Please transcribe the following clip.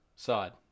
Side